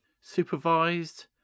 supervised